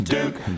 Duke